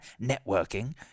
networking